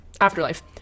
Afterlife